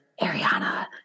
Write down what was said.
Ariana